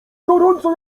gorąco